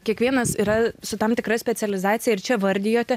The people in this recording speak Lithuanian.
kiekvienas yra su tam tikra specializacija ir čia vardijote